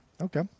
Okay